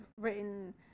written